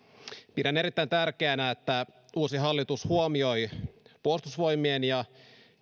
pidän erittäin tärkeänä että uusi hallitus huomioi puolustusvoimien ja